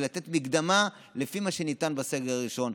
אלא לתת מקדמה לפי מה שניתן בסגר הראשון.